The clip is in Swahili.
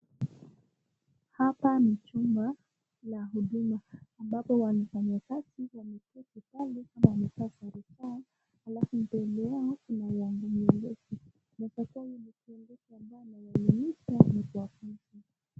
Hapa ni chumba la huduma ambapo wafanyikazi wameketi pale kama wamevaa sare zao alafu mbele yao kuna viongozi. Inaweza kuwa huyu ni kiongozi ambaye anawaelimisha na kuwafunza.